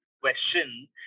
question